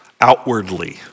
outwardly